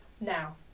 now